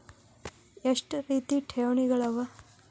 ಎಷ್ಟ ರೇತಿ ಠೇವಣಿಗಳ ಅವ?